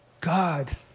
God